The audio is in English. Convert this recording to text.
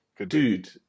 dude